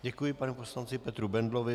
Děkuji panu poslanci Petru Bendlovi.